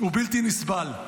"הוא בלתי נסבל.